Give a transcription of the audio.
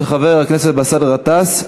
של חבר הכנסת באסל גטאס.